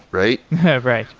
right? right.